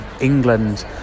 England